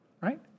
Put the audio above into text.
right